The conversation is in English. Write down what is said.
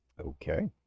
Okay